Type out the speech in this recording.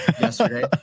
Yesterday